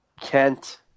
Kent